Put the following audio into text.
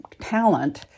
talent